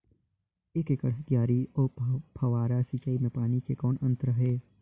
एक एकड़ म क्यारी अउ फव्वारा सिंचाई मे पानी के कौन अंतर हे?